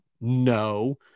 No